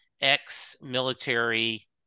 ex-military